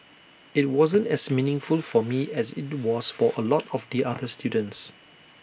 IT wasn't as meaningful for me as IT was for A lot of the other students